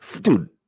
dude